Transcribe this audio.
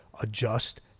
adjust